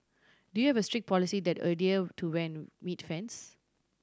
do you have a strict policy that adhere to when meet fans